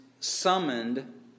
summoned